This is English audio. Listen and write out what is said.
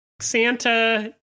Santa